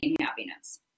happiness